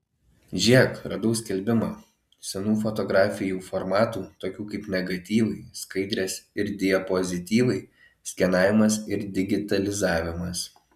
žėk radau skelbimą senų fotografijų formatų tokių kaip negatyvai skaidrės ir diapozityvai skenavimas ir digitalizavimas